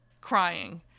crying